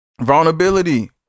Vulnerability